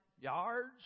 yards